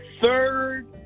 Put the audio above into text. third